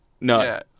No